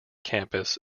campus